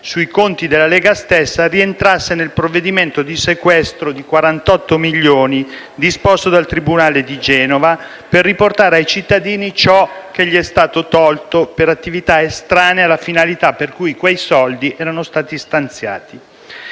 sui conti della Lega stessa, rientrasse nel provvedimento di sequestro di 48 milioni di euro disposto dal tribunale di Genova, per riportare ai cittadini ciò che è stato tolto loro per attività estranee alla finalità per cui quei soldi erano stati stanziati.